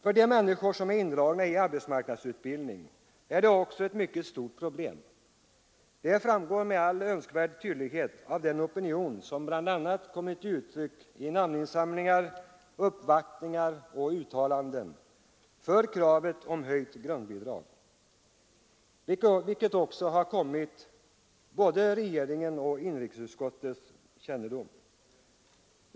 För de människor som är indragna i arbetsmarknadsutbildning är det också ett mycket stort problem. Det framgår med all önskvärd tydlighet av den opinion som bl.a. tagit sig uttryck i namninsamlingar, uppvaktningar och uttalanden för kravet om höjt grundbidrag och som också har kommit till både regeringens och inrikesutskottets kännedom.